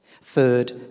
third